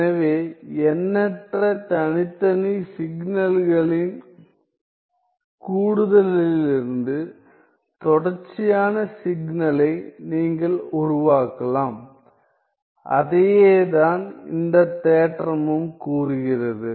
எனவே எண்ணற்ற தனித்தனி சிக்னலின் கூடுதலிலிருந்து தொடர்ச்சியான சிக்னலை நீங்கள் உருவாக்கலாம் அதையேதான் இந்தத் தேற்றமும் கூறுகிறது